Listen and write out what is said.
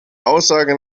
aussage